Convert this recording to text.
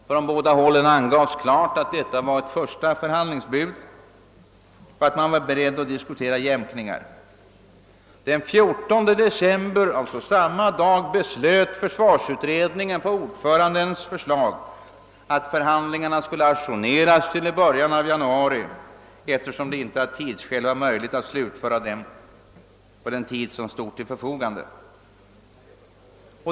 Från båda hållen angavs klart att det var första förhandlingsbud och att man var beredd att diskutera jämkningar. Samma dag beslöt försvarsutredningen på ordförandens förslag att förhandlingarna skulle ajourneras till början av januari eftersom det av tidsskäl inte var möjligt att slutföra dem på den tid som stod till förfogande.